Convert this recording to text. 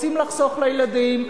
רוצים לחסוך לילדים,